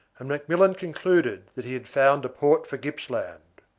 and mcmillan concluded that he had found a port for gippsland.